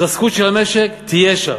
התרסקות של המשק תהיה שם.